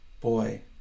Boy